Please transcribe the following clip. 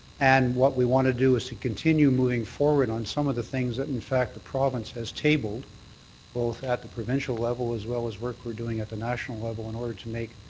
and what we want to do is to continue moving forward on some of the things that in fact the province has tabled both at the provincial level as well as work we're doing at the national level in order to make